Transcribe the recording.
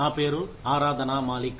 నా పేరు ఆరాధన మాలిక్